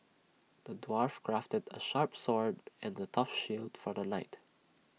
the dwarf crafted A sharp sword and A tough shield for the knight